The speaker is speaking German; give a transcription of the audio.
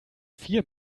vier